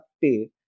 Pay